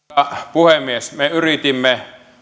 puhemies me yritimme